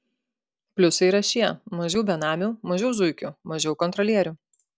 pliusai yra šie mažiau benamių mažiau zuikių mažiau kontrolierių